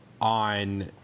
on